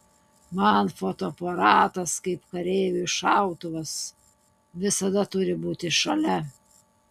man fotoaparatas kaip kareiviui šautuvas visada turi būti šalia